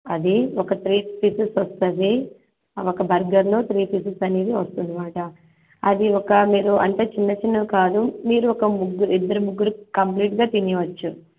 అది ఒక three pieces వస్తుంది ఒక బర్గర్లో త్రీ పీసెస్ అనేది వస్తుంది అన్నమాట అది ఒక మీరు అంటే చిన్న చిన్నవి కాదు మీరు ఒక ముగ్గురు ఇద్దరు ముగ్గురు కంప్లీట్గా తినవచ్చు